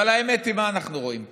אבל האמת היא, מה אנחנו רואים פה?